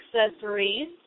accessories